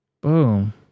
Boom